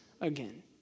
again